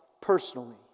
personally